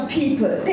people